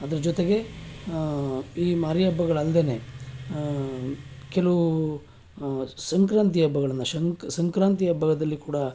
ಅದ್ರ ಜೊತೆಗೆ ಈ ಮಾರಿ ಹಬ್ಬಗಳಲ್ಲಲ್ದೆಯೇ ಕೆಲವು ಸಂಕ್ರಾಂತಿ ಹಬ್ಬಗಳನ್ನು ಶಂ ಸಂಕ್ರಾಂತಿ ಹಬ್ಬದಲ್ಲಿ ಕೂಡ